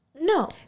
No